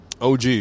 OG